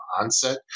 onset